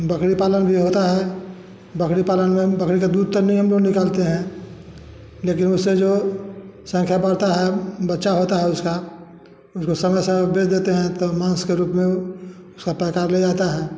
बकरी पालन भी होता है बकरी पालन में बकरी के दूध तो नहीं निकलते है लेकिन उससे जो संख्या बढ़ता है बच्चा होता है उसका उसको समय समय पर बेच देतें है तो माँस के रूप में सब प्रकार ले जाता है